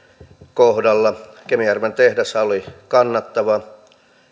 kohdalla kemijärven tehdashan oli kannattava